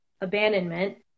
abandonment